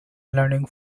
learning